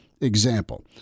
example